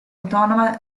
autonoma